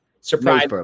surprise